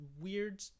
weird